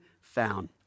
found